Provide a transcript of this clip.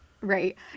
Right